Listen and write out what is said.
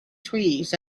trees